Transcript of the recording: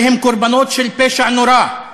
הרי הם קורבנות של פשע נורא: